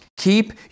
Keep